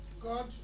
God